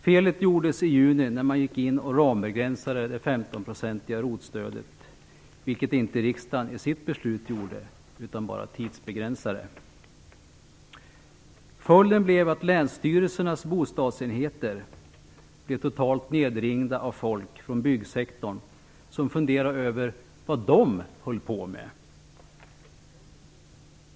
Felet gjordes i juni när man rambegränsade det 15-procentiga ROT-stödet, vilket riksdagen inte gjorde i sitt beslut utan bara införde en tidsbegränsning. Följden blev att länsstyrelsernas bostadsenheter blev totalt nedringda av folk från byggsektorn, som funderade över vad de höll på med.